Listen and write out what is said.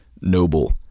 noble